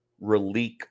Relique